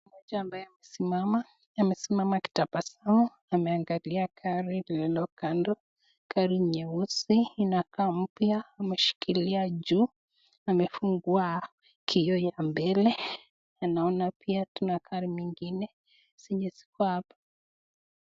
Mtu mmoja ambaye amesimama, amesimama akitabasamu ameangalia gari lililo kando, gari nyeusi inakaa mpya ameshikilia juu, amefungua kioo ya mbele, ninaona pia tuna gari mengine zenye ziko hapa.